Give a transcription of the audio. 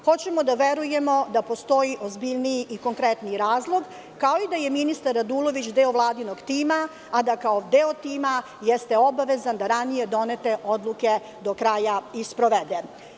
Hoćemo da verujemo da postoji ozbiljniji i konkretniji razlog, kao i da je ministar Radulović deo Vladinog tima, a da kao deo tima jeste obavezan da ranije donete odluke do kraja i sprovede.